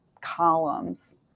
columns